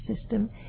system